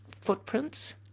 footprints